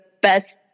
best